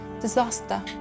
disaster